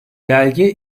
belge